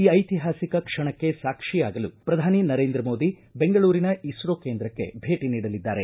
ಈ ಐತಿಹಾಸಿಕ ಕ್ಷಣಕ್ಕೆ ಸಾಕ್ಷಿಯಾಗಲು ಪ್ರಧಾನಿ ನರೇಂದ್ರ ಮೋದಿ ಬೆಂಗಳೂರಿನ ಇಸ್ತೊ ಕೇಂದ್ರಕ್ಕೆ ಭೇಟಿ ನೀಡಲಿದ್ದಾರೆ